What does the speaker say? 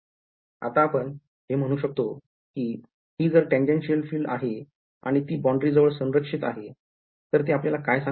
आता आपण हे म्हणू शकतो कि हि जर tangential फील्ड आहे आणि ती boundary जवळ संरक्षित आहे तर ते आपल्याला काय सांगताय